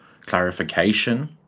clarification